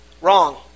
wrong